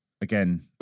Again